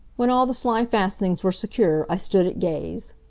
when all the sly fastenings were secure i stood at gaze.